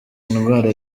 indwara